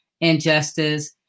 injustice